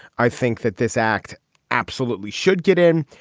i think that this act absolutely should get in.